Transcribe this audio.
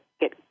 get